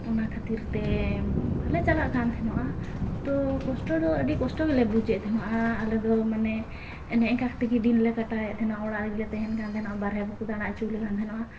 ᱚᱱᱟ ᱠᱷᱟᱹᱛᱤᱨᱛᱮ ᱵᱟᱞᱮ ᱪᱟᱞᱟᱜ ᱠᱟᱱ ᱛᱟᱦᱮᱱᱚᱜᱼᱟ ᱛᱳ ᱠᱚᱥᱴᱚ ᱫᱚ ᱟᱹᱰᱤ ᱠᱚᱥᱴᱚᱜᱮ ᱞᱮ ᱵᱩᱡᱮᱫ ᱛᱟᱦᱮᱱᱚᱜᱼᱟ ᱟᱞᱮᱫᱚ ᱢᱟᱱᱮ ᱮᱱᱮ ᱮᱝᱠᱟ ᱠᱟᱛᱮᱜᱮ ᱫᱤᱱᱞᱮ ᱠᱟᱴᱟᱣᱮᱫ ᱛᱟᱦᱮᱱᱟ ᱚᱲᱟᱜᱨᱮ ᱞᱮ ᱛᱟᱦᱮᱱ ᱠᱟᱱ ᱛᱟᱦᱮᱱᱟ ᱵᱟᱨᱦᱮ ᱵᱟᱠᱚ ᱫᱟᱬᱟ ᱚᱪᱚᱣᱞᱮᱠᱟᱱ ᱛᱟᱦᱮᱱᱚᱜᱼᱟ